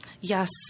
Yes